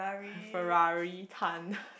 Ferrari Tan